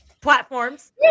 Platforms